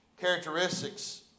Characteristics